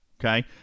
okay